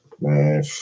Man